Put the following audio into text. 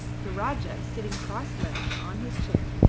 the rajah, sitting crosslegged on his chair,